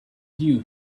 you